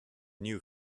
new